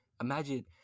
Imagine